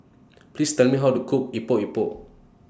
Please Tell Me How to Cook Epok Epok